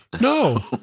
No